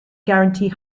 guarantee